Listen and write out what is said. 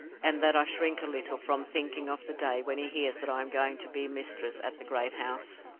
and that i shrink a little from thinking of the day when he hears that i am going to be mistress at the great house?